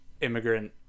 immigrant